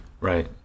Right